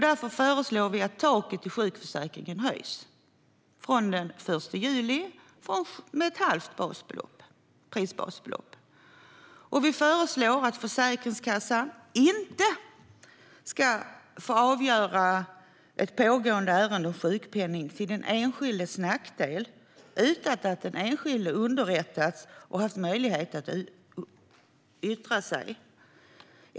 Därför föreslår vi att taket i sjukförsäkringen höjs den 1 juli med ett halvt prisbasbelopp. Vi föreslår att Försäkringskassan inte ska få avgöra ett pågående ärende om sjukpenning till den enskildes nackdel utan att den enskilde har underrättats och haft möjlighet att yttra sig.